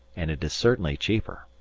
and it is certainly cheaper.